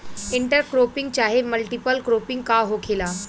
Inter cropping चाहे multiple cropping का होखेला?